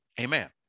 Amen